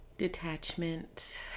detachment